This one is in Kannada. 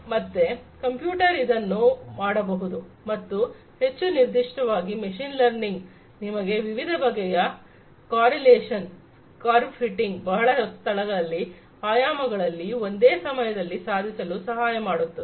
ಮತ್ತೆ ಕಂಪ್ಯೂಟರ್ ಇದನ್ನು ಮಾಡಬಹುದು ಮತ್ತು ಹೆಚ್ಚು ನಿರ್ದಿಷ್ಟವಾಗಿ ಮೆಷಿನ್ ಲರ್ನಿಂಗ್ ನಿಮಗೆ ವಿವಿಧ ಬಗೆಯ ಕರೆಲೇಶನ್ ಕರ್ವ ಫಿಟಿಂಗ್ ಬಹಳ ಸ್ಥಳಗಳಲ್ಲಿ ಆಯಾಮಗಳಲ್ಲಿ ಒಂದೇ ಸಮಯದಲ್ಲಿ ಸಾಧಿಸಲು ಸಹಾಯಮಾಡುತ್ತದೆ